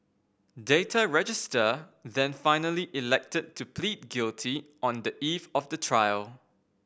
Data Register then finally elected to plead guilty on the eve of the trial